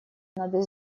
надо